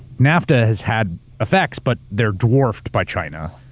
nafta has had effects, but they're dwarfed by china,